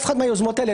אף אחת מהיוזמות האלה,